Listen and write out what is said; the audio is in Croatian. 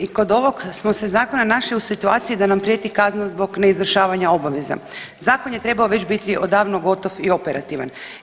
I kod ovog smo se zakona našli u situaciji da nam prijeti kazna zbog neizvršavanja obaveza, zakon je trebao već biti odavno gotov i operativan.